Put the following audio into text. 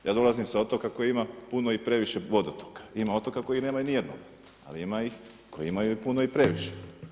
Ja dolazim sa otoka koji ima puno i previše vodotoka, ima otoka koji nemaju nijednog ali ima ih koji imaju puno i previše.